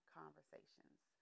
conversations